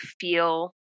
feel